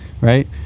Right